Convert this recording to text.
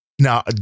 Now